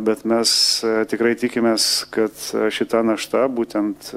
bet mes tikrai tikimės kad šita našta būtent